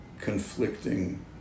conflicting